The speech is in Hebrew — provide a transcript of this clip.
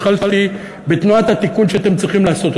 התחלתי בתנועת התיקון שאתם צריכים לעשות.